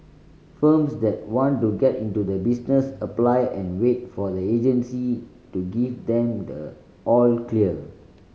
firms that want to get into the business apply and wait for the agency to give then the all clear